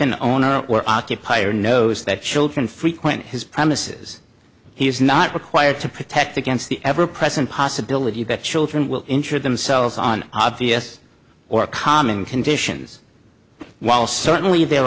an owner or occupier knows that children frequent his premises he is not required to protect against the ever present possibility that children will insure themselves on obvious or calming conditions while certainly there